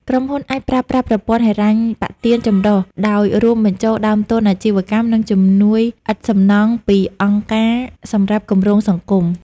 ក្រុមហ៊ុនអាចប្រើប្រាស់ប្រព័ន្ធហិរញ្ញប្បទានចម្រុះ ដោយរួមបញ្ចូលដើមទុនអាជីវកម្ម និងជំនួយឥតសំណងពីអង្គការសម្រាប់គម្រោងសង្គម។